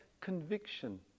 conviction